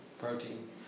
protein